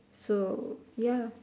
so ya